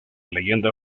leyenda